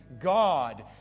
God